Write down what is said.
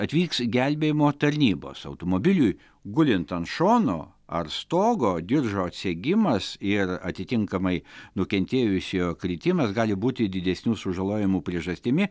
atvyks gelbėjimo tarnybos automobiliui gulint ant šono ar stogo diržo atsegimas ir atitinkamai nukentėjusiojo kritimas gali būti didesnių sužalojimų priežastimi